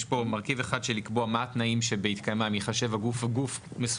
יש פה מרכיב אחד של לקבוע מה התנאים שבהתקיימם ייחשב גוף מסוים